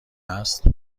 است